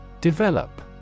Develop